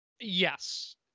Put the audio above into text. Yes